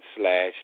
slash